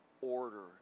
order